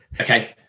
Okay